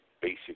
basic